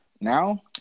now